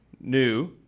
new